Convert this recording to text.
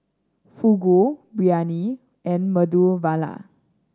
Fugu Biryani and Medu Vada